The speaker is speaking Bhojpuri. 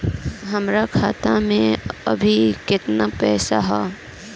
हमार खाता मे अबही केतना पैसा ह?